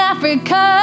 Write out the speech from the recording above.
Africa